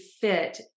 fit